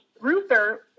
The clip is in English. Ruther